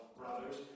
brothers